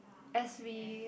as we